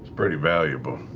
pretty valuable.